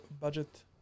budget